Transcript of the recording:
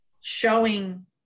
showing